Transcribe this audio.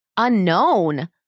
Unknown